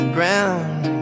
Ground